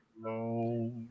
No